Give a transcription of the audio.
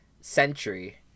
century